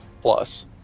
plus